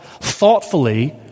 thoughtfully